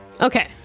okay